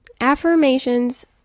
Affirmations